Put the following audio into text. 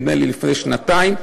נדמה לי לפני שנתיים,